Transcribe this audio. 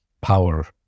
power